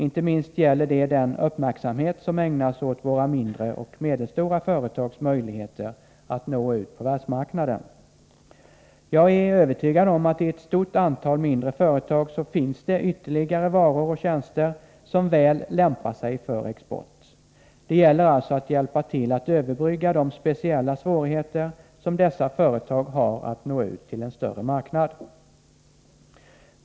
Inte minst gäller det den uppmärksamhet som ägnas åt våra mindre och medelstora företags möjligheter att nå ut på världsmarknaden. Jag är övertygad om att det i ett stort antal mindre företag finns ytterligare varor och tjänster som väl lämpar sig för export. Det gäller alltså att hjälpa till att överbrygga de speciella svårigheter som dessa företag har att nå ut till en större marknad.